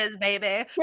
baby